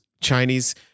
Chinese